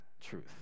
truth